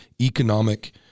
economic